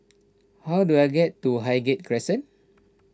how do I get to Highgate Crescent